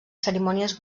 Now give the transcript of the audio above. cerimònies